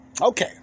Okay